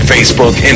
Facebook